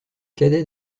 cadet